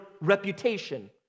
reputation